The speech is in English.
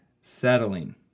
settling